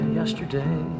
yesterday